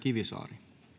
arvoisa